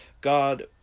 God